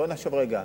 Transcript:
בוא נחשוב רגע,